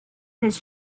his